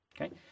Okay